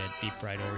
deep-fried